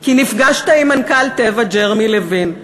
כי נפגשת עם מנכ"ל "טבע" ג'רמי לוין.